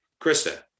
Krista